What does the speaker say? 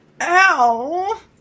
Ow